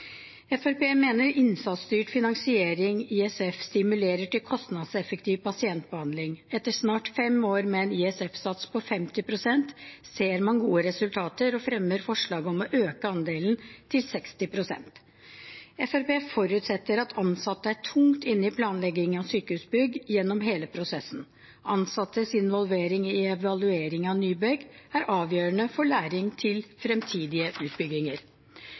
mener innsatsstyrt finansiering, ISF, stimulerer til kostnadseffektiv pasientbehandling. Etter snart fem år med en ISF- sats på 50 pst. ser man gode resultater, og vi fremmer forslag om å øke andelen til 60 pst. Fremskrittspartiet forutsetter at ansatte er tungt inne i planleggingen av sykehusbygg, gjennom hele prosessen. Ansattes involvering i evalueringen av nybygg er avgjørende for læring til fremtidige utbygginger.